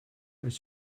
als